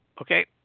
okay